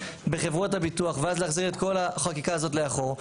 בחברות הביטוח ואז להחזיר את כל החקיקה הזאת לאחור,